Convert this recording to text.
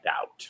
out